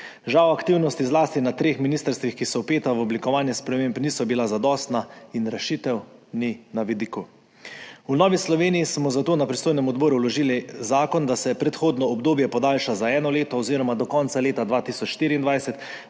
Žal aktivnosti zlasti na treh ministrstvih, ki so vpeta v oblikovanje sprememb, niso bile zadostne in rešitve ni na vidiku. V Novi Sloveniji smo zato na pristojnem odboru vložili zakon, da se prehodno obdobje podaljša za eno leto oziroma do konca leta 2024,